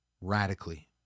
radically